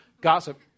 gossip